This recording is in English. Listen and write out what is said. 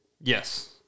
Yes